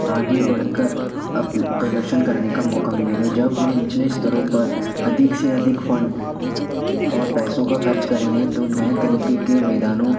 आगे बढ़ कर अब प्रदर्शन करने का मौक़ा मिलेगा जब हम निचले स्तरों पर अधिक से अधिक फ़ंड और पैसों का ख़र्च करेंगे तो नए तरीक़े के मैदानों